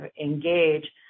Engage